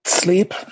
sleep